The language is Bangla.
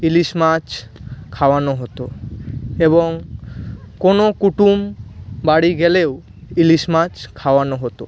ইলিশ মাছ খাওয়ানো হতো এবং কোনও কুটুম বাড়ি গেলেও ইলিশ মাছ খাওয়ানো হতো